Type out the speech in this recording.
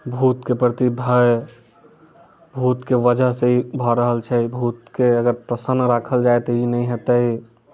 भूत के प्रति भय भूत के वजह सँ ई भऽ रहल छै भूत के अगर प्रसन्न राखल जाए तऽ ई नहि हेतै